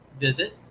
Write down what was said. visit